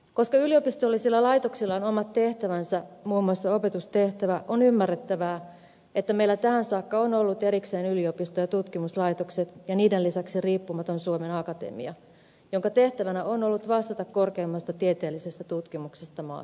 koska yliopistollisilla laitoksilla on omat tehtävänsä muun muassa opetustehtävä on ymmärrettävää että meillä tähän saakka on ollut erikseen yliopisto ja tutkimuslaitokset ja niiden lisäksi riippumaton suomen akatemia jonka tehtävänä on ollut vastata korkeimmasta tieteellisestä tutkimuksesta maassamme